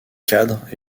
cadre